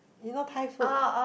you know Thai food